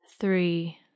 three